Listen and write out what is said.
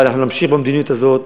אבל נמשיך במדיניות הזאת,